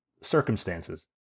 circumstances